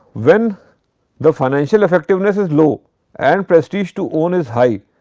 when the financial effectiveness is low and prestige to own is high.